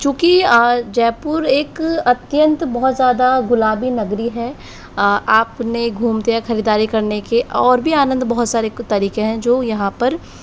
चूँकि जयपुर एक अत्यंत बहुत ज़्यादा गुलाबी नगरी है आपने घूमते खरीदारी करने के और भी आनंद बहुत सारे तरीके हैं जो यहाँ पर